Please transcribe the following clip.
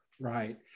Right